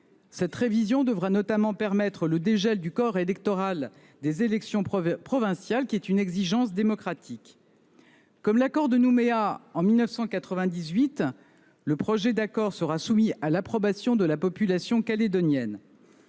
Cette révision devra notamment permettre le dégel du corps électoral des élections provinciales, qui est une exigence démocratique. Comme l’accord de Nouméa en 1998, le projet d’accord sera soumis à l’approbation de la population calédonienne.